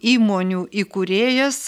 įmonių įkūrėjas